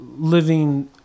living